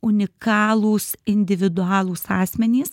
unikalūs individualūs asmenys